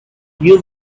use